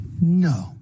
No